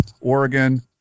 Oregon